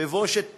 בבושת פנים,